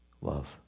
love